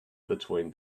between